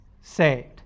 saved